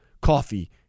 coffee